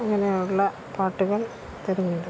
അങ്ങനെയുള്ള പാട്ടുകൾ തെരഞ്ഞെടുക്കും